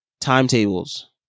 timetables